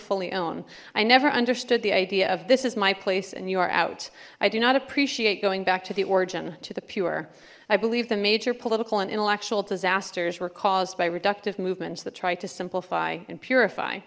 fully own i never understood the idea of this is my place and you are out i do not appreciate going back to the origin to the pure i believe the major political and intellectual disasters were caused by reductive movements that try to simplify and purify